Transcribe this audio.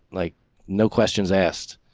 like no questions asked.